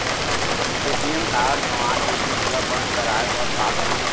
ATM card गंवा गे है ओला बंद कराये बर का करंव?